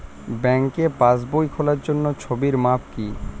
ব্যাঙ্কে পাসবই খোলার জন্য ছবির মাপ কী?